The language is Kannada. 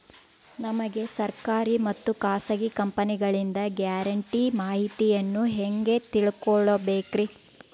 ನಮಗೆ ಸರ್ಕಾರಿ ಮತ್ತು ಖಾಸಗಿ ಕಂಪನಿಗಳಿಂದ ಗ್ಯಾರಂಟಿ ಮಾಹಿತಿಯನ್ನು ಹೆಂಗೆ ತಿಳಿದುಕೊಳ್ಳಬೇಕ್ರಿ?